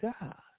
God